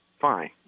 fine